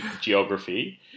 geography